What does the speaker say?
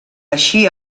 així